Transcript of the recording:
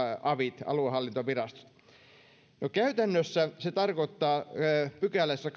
avit aluehallintovirastot no käytännössä se tarkoittaa kahdeksannessakymmenennessäkuudennessa pykälässä